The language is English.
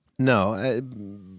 No